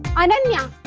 ananya,